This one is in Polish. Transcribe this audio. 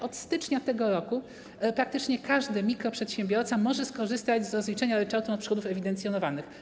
Od stycznia tego roku praktycznie każdy mikroprzedsiębiorca może skorzystać z rozliczenia ryczałtu od przychodów ewidencjonowanych.